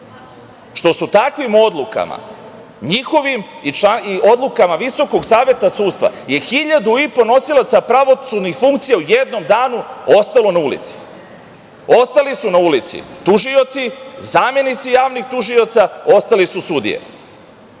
što takvim odlukama njihovim i odlukama VSS je 1500 nosilaca pravosudnih funkcija u jednom danu ostalo na ulici. Ostali su na ulici tužioci, zamenici javnih tužioca, ostale su sudije.